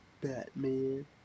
Batman